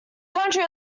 country